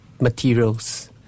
materials